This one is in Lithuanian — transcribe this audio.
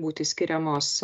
būti skiriamos